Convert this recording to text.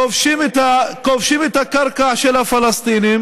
כובשים את הקרקע של הפלסטינים.